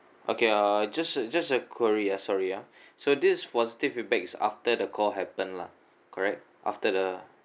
okay uh just uh just a query ah sorry ah so this positive feedback is after the call happen lah correct after the